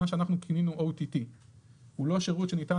מה שאנחנו כינינו: OTT. הוא לא שירות שניתן